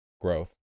growth